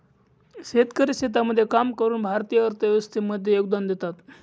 शेतकरी शेतामध्ये काम करून भारतीय अर्थव्यवस्थे मध्ये योगदान देतात